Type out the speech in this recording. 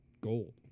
gold